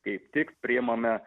kaip tik priimame